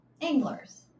Anglers